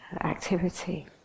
activity